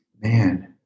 Man